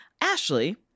Ashley